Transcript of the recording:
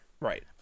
Right